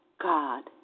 God